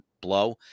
blow